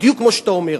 בדיוק כמו שאתה אומר.